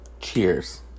cheers